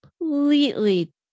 completely